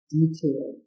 detail